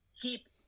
keep